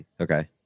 okay